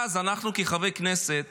אז אנחנו כחברי כנסת